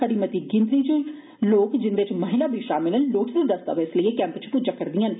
खरी मती गिनचरी च लोक जिन्दे च महिलां बी शामल न लोड़चदे दस्तावेज लेइयै कैम्प च पुज्जा रदियां न